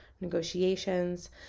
negotiations